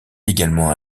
également